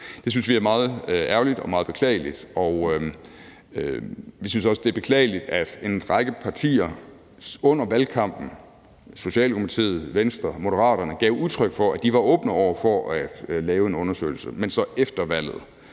Det synes vi er meget ærgerligt og meget beklageligt. Vi synes også, det er beklageligt, at en række partier under valgkampen – Socialdemokratiet, Venstre, Moderaterne – gav udtryk for, at de var åbne over for at lave en undersøgelse, men så efter valget